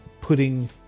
putting